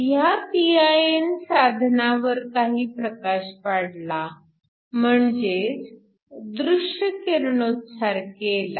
ह्या pin साधनावर काही प्रकाश पाडला म्हणजेच दृश्य किरणोत्सार केला